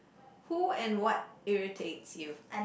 who and what irritates you